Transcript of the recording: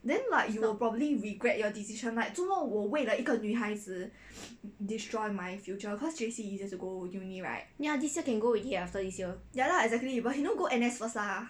ya this year can go already lah